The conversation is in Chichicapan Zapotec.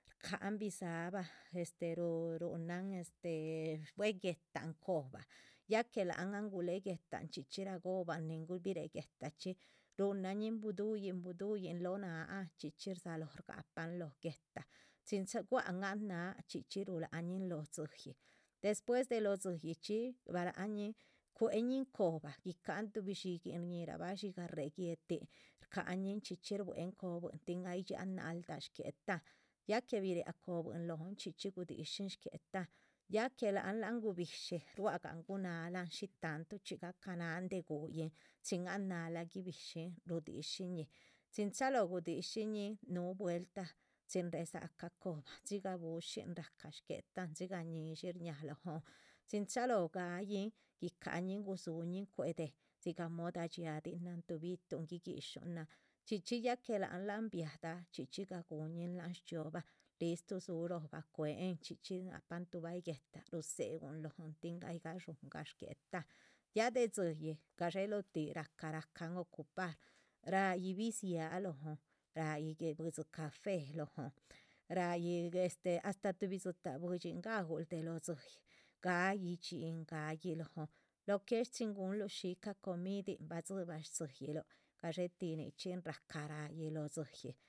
Shcahan bidzabah este ruhu rúhunan este shbue guéhtan cobah ya que láhan ahn guléh guéhtan chxí chxí ragohoban nin biréh guéhta chxí ruhunan ñin buduyin lóho náhan. chxí chxí rdzalóh shgapan lóho guéhta, chin cha guáhan an náha chxí chxí rulaha ñin lóho dzíyih despues de lóho dzíyihchxi balañihn cuehñin cobah guicahan tuhbi dxíguin. shñíhirabah, dxigah réhe guéhetin shcáhañin chxí chxí shbuéhen cobuihin tin ay dxiáhan náldah shguéhtan ya que biriah cibuihin lóhon chxí chxí gudishin shguéhtan. ya que láhan lan gubishí, gua´c gahan guhu náhalan shí tantuchxí gahca náhan de gu´yin tin an náhala gibishín rudishi ñin chin chalóho gudishíñin. núhu vueltah chin réhe dzácah cobah dzigah bushín ráhca shguéhtan dxigah ñíshi shñáha lóhon chin chalóho ga´yin guicáha lin gudzú ñin cuéh déh dzigah moda. dxiadinan tuh bi´tuhn guiguíshu nan chxí chxí ya que láhan lán bia´da chxí chxí gaguhuñin láhan shchxíobahan listru dzúhu rohoba cuéhen chxí chxí napan. tuh báyih guéhta rudzéhun lóhon tin ay gadshúngah shgéhtan ya de dzíyih gadxé loho tih rahca rahcan ocupar ra´yin bidzíaha lóhon, ra´yi buidzi café. lóhon ra´yi este astáh tuhbi dzitah buidxin raúl de lóho dzíyih ga´yi dxín ga´yi lóhon, lo que es chin gunluh shíca comidin ba dzíbah sdzíyihluh gadxé ti nichxí rahca. ra´yi lóho dzíyih